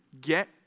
get